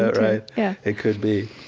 right yeah it could be.